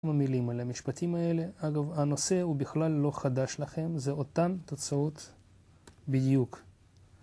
המילים על המשפטים האלה, אגב, הנושא הוא בכלל לא חדש לכם, זה אותן תוצאות בדיוק